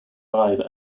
live